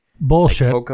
bullshit